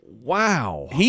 Wow